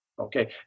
Okay